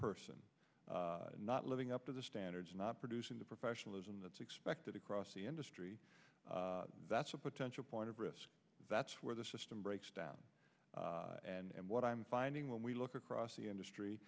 person not living up to the standards not producing the professionalism that's expected across the industry that's a potential point of risk that's where the system breaks down and what i'm finding when we look across the industry